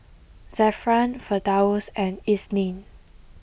Zafran Firdaus and Isnin